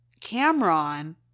Cameron